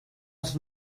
els